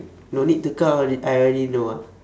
no need to count I alre~ already know ah